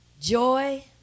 Joy